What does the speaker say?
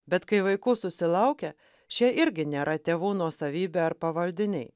bet kai vaikų susilaukia šie irgi nėra tėvų nuosavybė ar pavaldiniai